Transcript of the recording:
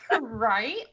right